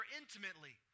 intimately